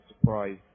surprise